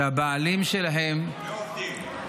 שהבעלים שלהן --- לא עובדים.